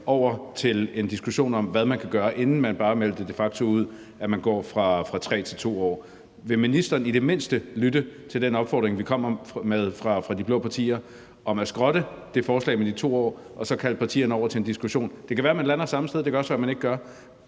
over til en diskussion om, hvad man kan gøre, inden man bare meldte de facto ud, at man går fra 3 til 2 år. Vil ministeren i det mindste lytte til den opfordring, vi kommer med fra de blå partiers side, om at skrotte det forslag med de 2 år, og så kalde partierne over til en diskussion? Det kan være, man lander samme sted – det kan også være, at man ikke gør